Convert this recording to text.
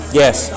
Yes